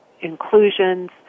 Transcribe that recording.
inclusions